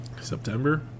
September